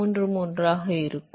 33 ஆக இருக்கும்